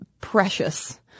precious